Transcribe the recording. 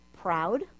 proud